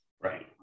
right